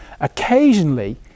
Occasionally